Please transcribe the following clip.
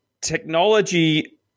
technology